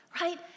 right